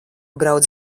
brauc